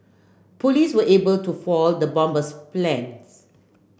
police were able to foil the bomber's plan